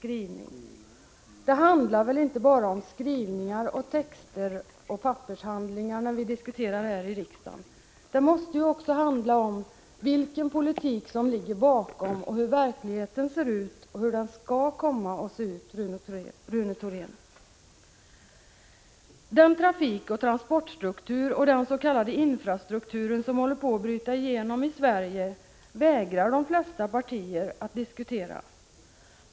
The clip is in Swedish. Men det handlar väl inte bara om skrivningar, texter och pappershandlingar, när vi diskuterar här i riksdagen! Det måste ju också handla om vilken politik som ligger bakom och om hur verkligheten ser ut och hur den skall komma att se ut, Rune Thorén. Den trafikoch transportstruktur och den s.k. infrastruktur som håller på att bryta igenom i Sverige vägrar de flesta partier att diskutera.